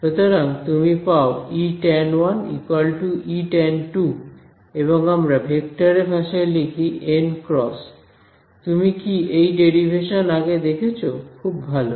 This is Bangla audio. সুতরাং তুমি পাও Etan 1 Etan 2 এবং আমরা ভেক্টরের ভাষায় লিখি n × তুমি কি এই ডেরিভেশন আগে দেখেছো খুব ভালো